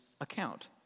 account